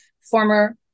former